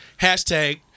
hashtag